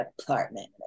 apartment